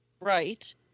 right